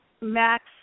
Max